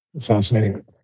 Fascinating